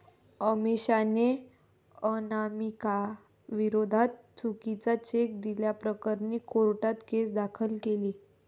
अमिषाने अनामिकाविरोधात चुकीचा चेक दिल्याप्रकरणी कोर्टात केस दाखल केली